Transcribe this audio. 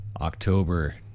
October